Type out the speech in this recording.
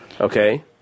Okay